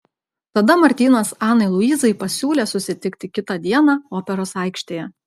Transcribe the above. tada martynas anai luizai pasiūlė susitikti kitą dieną operos aikštėje